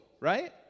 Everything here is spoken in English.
right